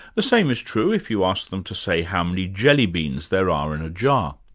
the same is true if you ask them to say how many jelly beans there are in a jar.